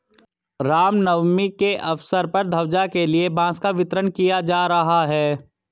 राम नवमी के अवसर पर ध्वजा के लिए बांस का वितरण किया जा रहा है